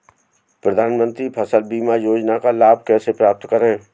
प्रधानमंत्री फसल बीमा योजना का लाभ कैसे प्राप्त करें?